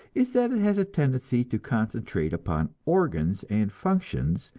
is that it has a tendency to concentrate upon organs and functions,